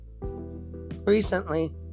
recently